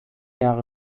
jahre